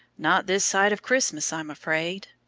not this side of christmas, i'm afraid.